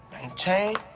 Maintain